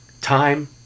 time